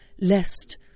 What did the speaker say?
lest